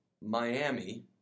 Miami